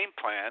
plan